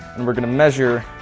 and we're going to measure